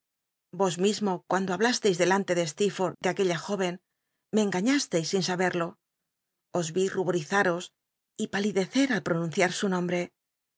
yos mismo cuando hablasteis delante de steeforth de aquella jó en me cngaiiastcis sin saberlo os yi ruborizaros y palidece al llt'onunciar su nombre